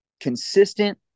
consistent